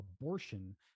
abortion